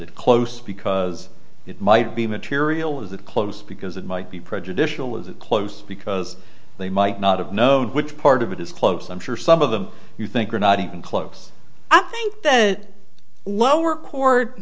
it close because it might be material is it close because it might be prejudicial is it close because they might not have known which part of it is close i'm sure some of them you think are not even close i think that that lower court